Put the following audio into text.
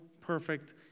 perfect